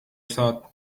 thought